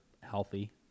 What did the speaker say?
healthy